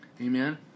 Amen